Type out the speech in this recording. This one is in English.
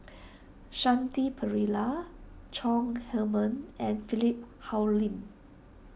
Shanti Pereira Chong Heman and Philip Hoalim